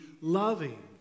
loving